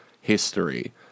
history